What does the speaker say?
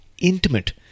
intimate